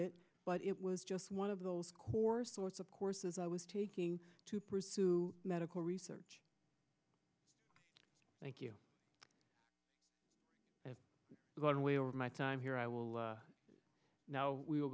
it but it was just one of those core sorts of courses i was taking to pursue medical research thank you one way or my time here i will now we'll